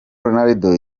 ronaldo